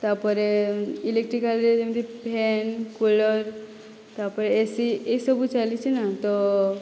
ତାପରେ ଇଲେକ୍ଟ୍ରିକାଲରେ ଯେମିତି ଫ୍ୟାନ୍ କୁଲର ତାପରେ ଏସି ଏଇସବୁ ଚାଲିଛି ନା ତ